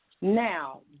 Now